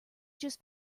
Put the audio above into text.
just